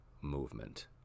movement